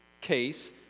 case